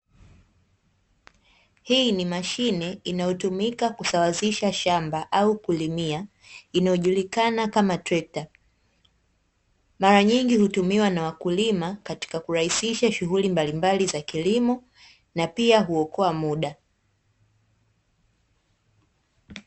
Hii ni mashine inayotumika kusawazisha shamba au kulimia, inayojulikana kama trekta. Mara nyingi hutumiwa na wakulima katika kurahisisha shughuli mbalimbali za kilimo, na pia huokoa muda.